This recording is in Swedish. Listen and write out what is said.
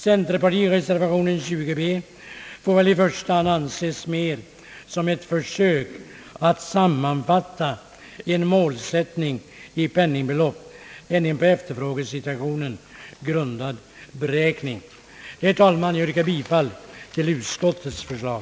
Centerpartireservationen 20 b får väl i första hand anses mera som ett försök att sammanfatta en målsättning i penningbelopp än en på efterfrågesitautionen grundad beräkning. Herr talman! Jag yrkar bifall till utskottets förslag.